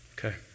Okay